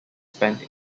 spent